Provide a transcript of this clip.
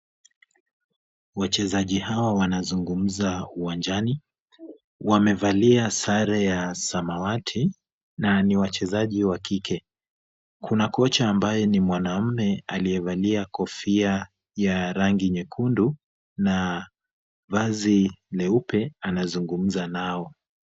Wachezaji hawa wanazungumza uwanjani. Wamevalia sare ya samawati na ni wachezaji wa kike. Kuna kocha ambaye ni mwanaume aliyevalia kofia ya rangi nyekundu na vazi leupe anazungumza nao.